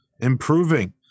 improving